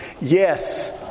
Yes